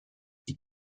die